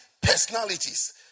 personalities